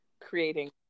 creating